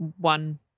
one